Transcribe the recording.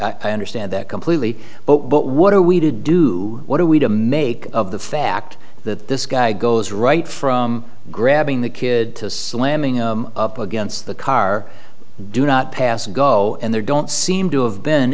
so i understand that completely but what are we to do what are we to make of the fact that this guy goes right from grabbing the kid to slamming up against the car do not pass go and there don't seem to have been